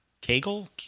Kegel